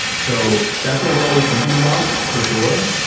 so that's what we're always thinking about, for sure,